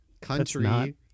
country